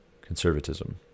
conservatism